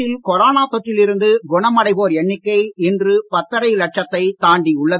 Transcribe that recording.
நாட்டில் கொரோனா தொற்றில் இருந்து குணமடைவோர் எண்ணிக்கை இன்று பத்தரை லட்சத்தை தாண்டியுள்ளது